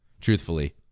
truthfully